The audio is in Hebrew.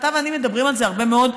אתה ואני מדברים על זה הרבה מאוד,